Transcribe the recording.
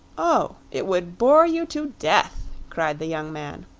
oh, it would bore you to death! cried the young man.